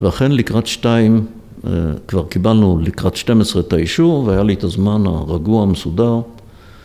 ‫ואכן לקראת שתיים, כבר קיבלנו ‫לקראת שתים עשרה את האישור, ‫והיה לי את הזמן הרגוע, המסודר.